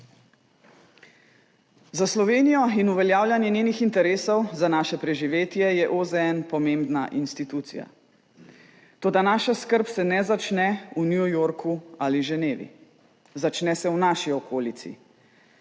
Za Slovenijo in uveljavljanje njenih interesov, za naše preživetje je OZN pomembna institucija. Toda naša skrb se ne začne v New Yorku ali Ženevi, začne se v naši okolici.